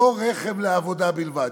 לא רכב לעבודה בלבד,